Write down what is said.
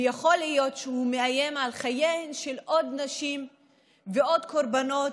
ויכול להיות שהוא מאיים על חייהן של עוד נשים ועוד קורבנות,